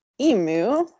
emu